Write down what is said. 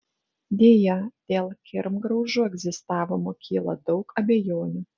deja dėl kirmgraužų egzistavimo kyla daug abejonių